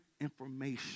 information